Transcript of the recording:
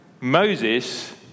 Moses